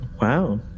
Wow